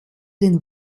den